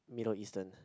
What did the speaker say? Middle Eastern